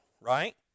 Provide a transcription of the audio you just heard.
right